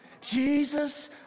Jesus